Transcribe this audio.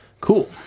Cool